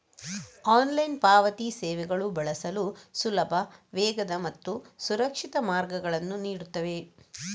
online ಪಾವತಿ ಸೇವೆಗಳು ಬಳಸಲು ಸುಲಭ, ವೇಗದ ಮತ್ತು ಸುರಕ್ಷಿತ ಮಾರ್ಗಗಳನ್ನು ನೀಡುತ್ತವೆ